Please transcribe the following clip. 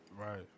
Right